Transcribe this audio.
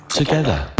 together